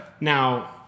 Now